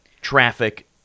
traffic